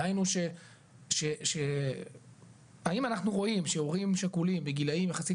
דהיינו שהאם אנחנו רואים שהורים שכולים בגילאים יחסית